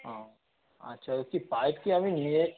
ও আচ্ছা কি পাইপ কি আমি নিয়ে